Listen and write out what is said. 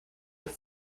and